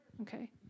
okay